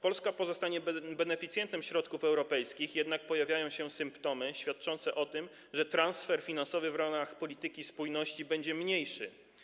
Polska pozostanie beneficjentem środków europejskich, jednak pojawiają się symptomy świadczące o tym, że transfer finansowy w ramach polityki spójności będzie mniejszy.